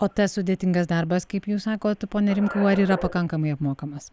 o tas sudėtingas darbas kaip jūs sakot pone rimkau ar yra pakankamai apmokamas